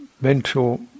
mental